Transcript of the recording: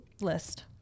list